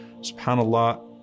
SubhanAllah